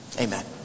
Amen